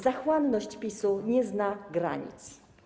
Zachłanność PiS-u nie zna granic.